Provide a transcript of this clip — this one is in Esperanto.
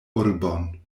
urbon